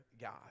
God